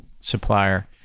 supplier